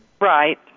Right